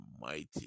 mighty